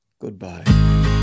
goodbye